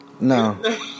No